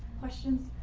questions